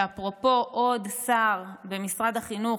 ואפרופו עוד שר במשרד החינוך,